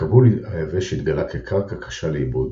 הכבול היבש התגלה כקרקע קשה לעיבוד,